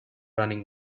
running